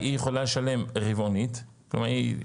כלומר,